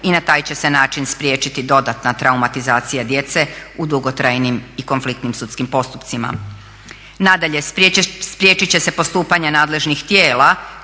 i na taj će se način spriječiti dodatna traumatizacija djece u dugotrajnim i konfliktnim sudskim postupcima. Nadalje, spriječit će se postupanje nadležnih tijela